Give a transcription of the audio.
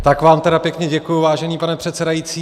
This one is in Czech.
Tak vám tedy pěkně děkuji, vážený pane předsedající.